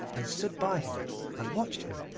and stood by him and watched him.